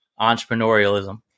entrepreneurialism